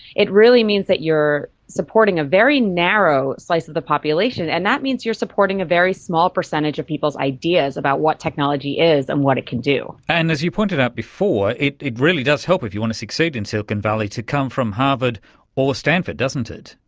it really means that you are supporting a very narrow slice of the population, and that means you are supporting a very small percentage of people's ideas about what technology is and what it can do. and as you pointed out before, it it really does help if you want to succeed in silicon valley to come from harvard or stanford, doesn't it.